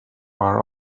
bar